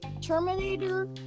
Terminator